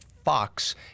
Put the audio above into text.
Fox